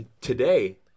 today